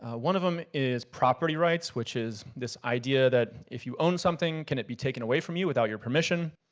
ah one of them is property rights, which is this idea that if you own something, can it be taken away from you without your permission?